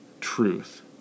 truth